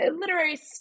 literary